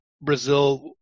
Brazil